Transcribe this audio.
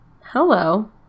Hello